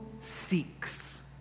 seeks